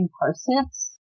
parsnips